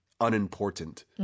Unimportant